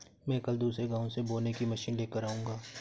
मैं कल दूसरे गांव से बोने की मशीन लेकर आऊंगा